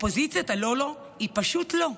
אופוזיציית הלא-לא היא פשוט לא,